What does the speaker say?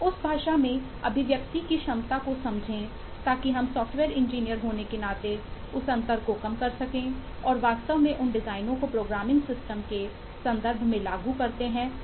उस भाषा में अभिव्यक्ति की क्षमता को समझें ताकि हम सॉफ्टवेयर इंजीनियर होने के नाते उस अंतर को कम कर सकें और वास्तव में उन डिजाइनों को प्रोग्रामिंग सिस्टम के संदर्भ में लागू करते हैं जो हमारे पास होंगी